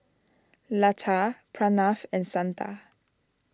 Lata Pranav and Santha